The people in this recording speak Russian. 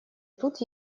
тут